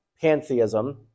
pantheism